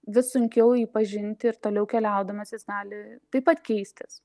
vis sunkiau jį pažinti ir toliau keliaudamas jis gali taip pat keistis